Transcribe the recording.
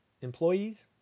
employees